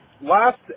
last